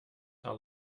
are